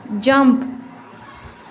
jump